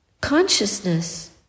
consciousness